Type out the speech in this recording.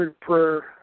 prayer